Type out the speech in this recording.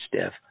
stiff